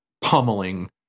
pummeling